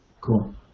Cool